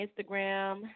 Instagram